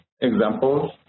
examples